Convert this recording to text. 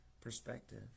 perspective